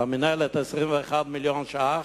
למינהלת 21 מיליון ש"ח,